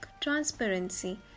Transparency